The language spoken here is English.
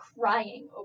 crying